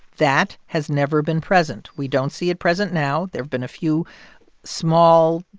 that has never been present. we don't see it present now. there have been a few small,